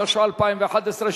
התשע"א 2011,